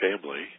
family